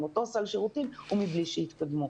עם אותו סל שירותים ובלי שיתקדמו.